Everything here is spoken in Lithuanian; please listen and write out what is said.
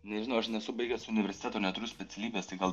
nežinau aš nesu baigęs universiteto neturiu specialybės tai gal